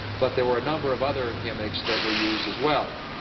but there were a number of other gimmicks that were used as well.